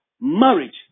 marriage